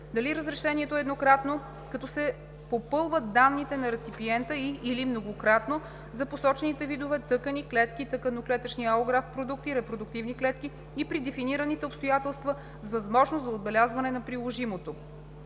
дали разрешението е еднократно, като се попълват данните на реципиента и/или многократно – за посочените видове тъкани/клетки/тъканно-клетъчни алографт продукти/репродуктивни клетки и при дефинираните обстоятелства – с възможност за отбелязване на приложимото;